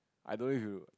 I know you